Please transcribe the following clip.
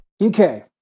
Okay